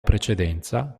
precedenza